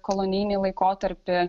kolonijinį laikotarpį